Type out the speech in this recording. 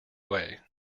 way